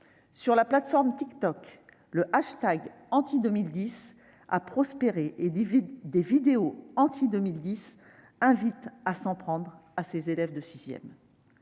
Sur la plateforme TikTok, le hashtag #Anti2010 a prospéré, et des vidéos invitent les jeunes à s'en prendre à ces élèves de